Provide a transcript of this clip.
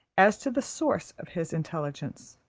as to the source of his intelligence.